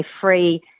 free